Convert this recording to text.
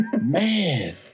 man